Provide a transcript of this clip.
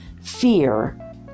fear